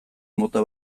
mota